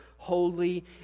holy